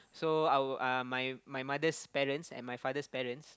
so our uh my my mother's parents and my father's parents